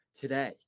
today